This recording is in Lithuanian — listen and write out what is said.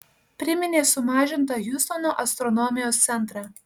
priminė sumažintą hjustono astronomijos centrą